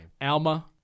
Alma